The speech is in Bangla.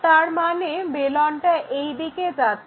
তারমানে বেলনটা এই দিকে যাচ্ছে